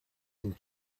and